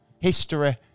History